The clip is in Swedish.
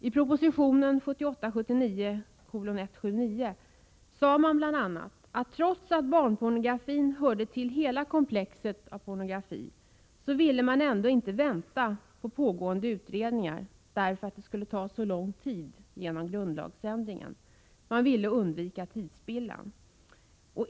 I proposition 1978/79:179 stod det bl.a. att man trots att barnpornografin hörde till hela komplexet av pornografi inte ville vänta på pågående utredningar, eftersom det skulle ta så lång tid då det krävdes grundlagsändring — man ville undvika tidsspillan.